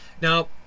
Now